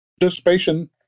participation